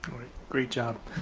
great job.